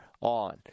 on